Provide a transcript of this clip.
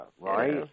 right